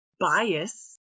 bias